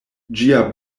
ĝia